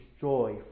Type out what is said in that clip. joy